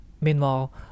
meanwhile